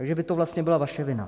Takže by to vlastně byla vaše vina.